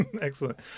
excellent